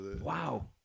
Wow